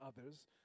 others